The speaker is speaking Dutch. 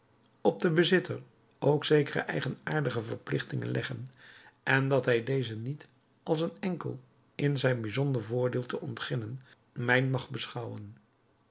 op den bezitter ook zekere eigenaardige verplichtingen leggen en dat hij deze niet als een enkel in zijn bijzonder voordeel te ontginnen mijn mag beschouwen